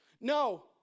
No